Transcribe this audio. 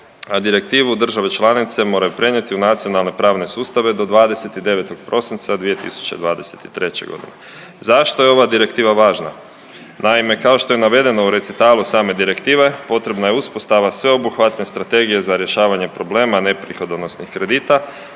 a direktivu države članice moraju prenijeti u nacionalne pravne sustave do 29. prosinca 2023. godine. Zašto je ova direktiva važna. Naime, kao što je navedeno u recitalu same direktive potrebna je uspostava sveobuhvatne strategije za rješavanje problema neprihodonosnih kredita,